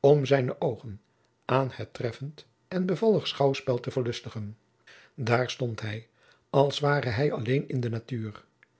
om zijne oogen aan het treffend en bevallig schouwspel te verlustigen daar stond hij als ware hij alleen in de natuur